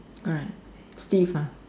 alright Steve ah